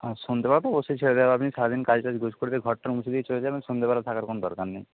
হ্যাঁ সন্ধেবেলাতে অবশ্যই ছেড়ে দেওয়া হবে আপনি সারাদিন কাজ টাজ করবেন ঘর টর মুছে দিয়ে চলে যাবেন সন্ধ্যেবেলায় থাকার কোন দরকার নেই